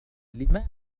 لماذا